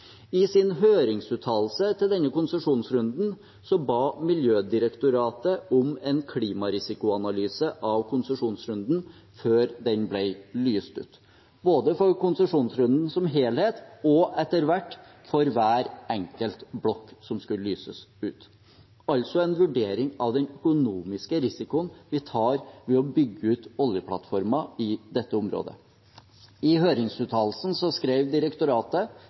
I sin høringsuttalelse til denne konsesjonsrunden ba Miljødirektoratet om en klimarisikoanalyse av konsesjonsrunden før den ble lyst ut – både for konsesjonsrunden som helhet og etter hvert for hver enkelt blokk som skulle lyses ut, altså en vurdering av den økonomiske risikoen vi tar ved å bygge ut oljeplattformer i dette området. I høringsuttalelsen skrev direktoratet: